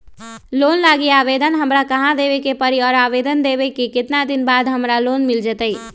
Loan लागी आवेदन हमरा कहां देवे के पड़ी और आवेदन देवे के केतना दिन बाद हमरा लोन मिल जतई?